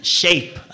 shape